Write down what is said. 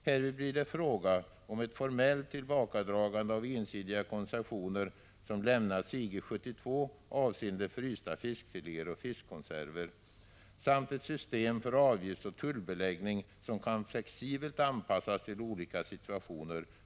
Härvid blir det fråga om ett formellt tillbakadragande av de ensidiga koncessionerna, som lämnades EG 1972 avseende frysta fiskfiléer och fiskkonserver, samt ett system för avgiftsoch tullbeläggning som kan flexibelt anpassas till olika situationer.